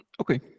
Okay